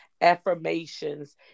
affirmations